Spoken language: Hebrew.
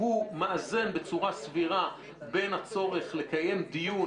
הוא מאזן בצורה סבירה בין הצורך לקיים דיון